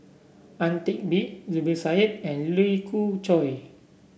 Ang Teck Bee Zubir Said and Lee Khoon Choy